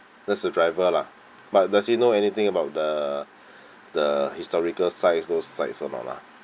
there's a driver lah but does he know anything about the the historical site those sites or not ah